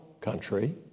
country